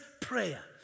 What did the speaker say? prayer